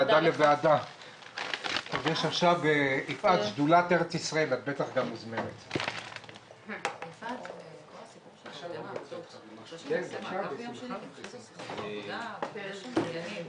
12:10.